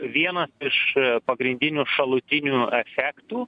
vienas iš pagrindinių šalutinių efektų